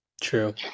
True